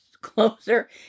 closer